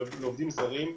לעובדים זרים.